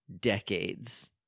decades